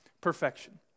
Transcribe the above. perfection